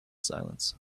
silence